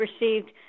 received